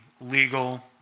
legal